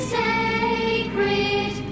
sacred